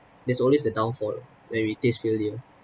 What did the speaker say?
there's always the downfall when we taste failure